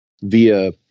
via